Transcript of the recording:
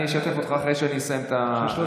אני אשתף אותך אחרי שאסיים את שעת הניהול שלי.